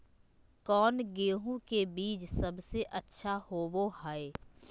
कौन गेंहू के बीज सबेसे अच्छा होबो हाय?